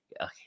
okay